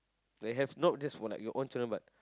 they have not just for like your own children but